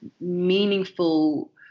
meaningful